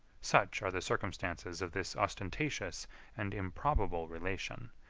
such are the circumstances of this ostentatious and improbable relation,